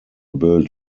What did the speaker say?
built